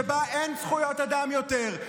שבהן אין זכויות אדם יותר,